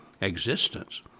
Existence